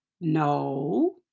No